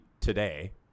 today